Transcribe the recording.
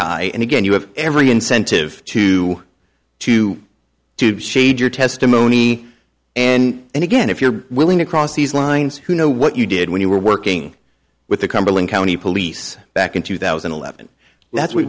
high and again you have every incentive to to to shade your testimony and again if you're willing to cross these lines who know what you did when you were working with the cumberland county police back in two thousand and eleven